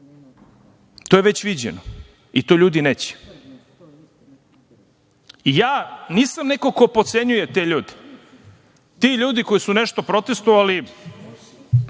To je već viđeno i to ljudi neće. Nisam neko ko potcenjuje te ljude. Ti ljudi koji su nešto protestvovali,